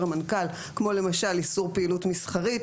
מנכ"ל כמו למשל איסור פעילות מסחרית.